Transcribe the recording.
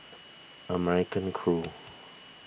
American Crew